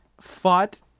fought